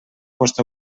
post